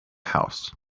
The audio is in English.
house